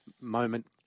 moment